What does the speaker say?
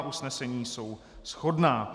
Usnesení jsou shodná.